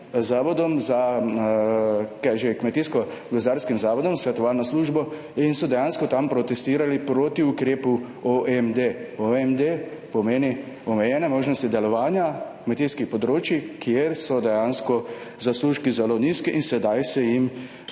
zavodom, kmetijsko-gozdarskim zavodom, svetovalno službo in so dejansko tam protestirali proti ukrepu OMD, OMD pomeni omejene možnosti delovanja kmetijskih področij, kjer so dejansko zaslužki zelo nizki in sedaj se jim